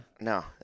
No